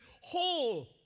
whole